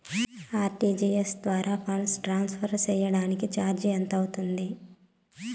RTGS ద్వారా funds transfer సేయడానికి చార్జీలు ఎంత అవుతుంది